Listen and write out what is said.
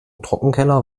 trockenkeller